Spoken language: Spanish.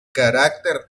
carácter